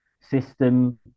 system